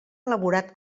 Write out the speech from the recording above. elaborat